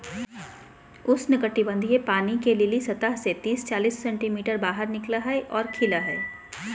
उष्णकटिबंधीय पानी के लिली सतह से तिस चालीस सेंटीमीटर बाहर निकला हइ और खिला हइ